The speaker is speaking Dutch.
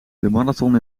marathon